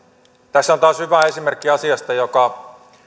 taas hyvä esimerkki asiasta joka